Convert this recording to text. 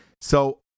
So-